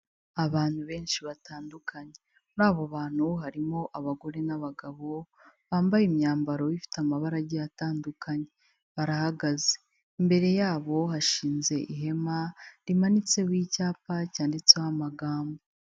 Abantu benshi batandukanye muri abo bantu harimo abagore n'abagabo, bambaye imyambaro ifite amabara agiye atandukanye barahagaze, imbere yabo hashinze ihema rimanitseho icyapa cyanditseho amagambo.